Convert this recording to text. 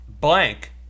blank